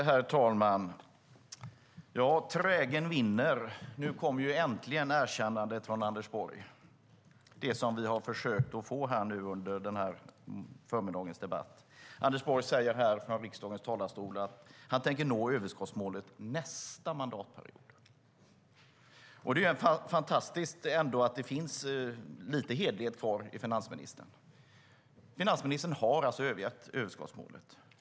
Herr talman! Trägen vinner. Nu kom äntligen erkännandet från Anders Borg, det som vi har försökt få under den här förmiddagens debatt. Anders Borg säger här från riksdagens talarstol att han tänker nå överskottsmålet nästa mandatperiod. Det är fantastiskt att det finns lite hederlighet kvar i finansministern. Finansministern har alltså övergett överskottsmålet.